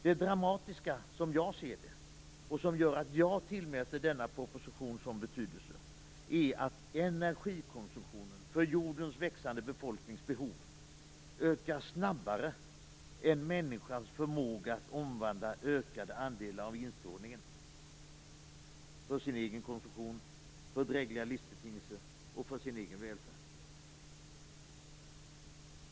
Det dramatiska - som jag ser det - som gör att jag tillmäter denna proposition så stor betydelse är att energikonsumtionen för jordens växande befolknings behov ökar snabbare än människans förmåga att omvandla ökade andelar av instrålningen för sin egen konsumtion, för drägliga livsbetingelser och för sin egen välfärd.